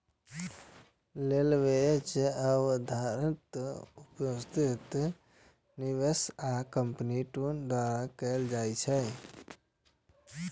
लीवरेजक अवधारणाक उपयोग निवेशक आ कंपनी दुनू द्वारा कैल जाइ छै